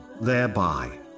thereby